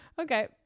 okay